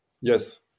yes